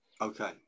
Okay